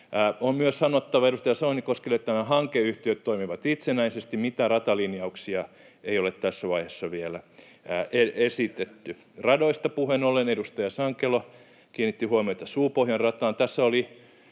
On myös sanottava edustaja Soinikoskelle, että nämä hankeyhtiöt toimivat itsenäisesti, mitään ratalinjauksia ei ole tässä vaiheessa vielä esitetty. [Petri Huru: Entäs lentoliikenne?] Radoista puheen ollen, edustaja Sankelo kiinnitti huomiota Suupohjan rataan.